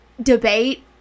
debate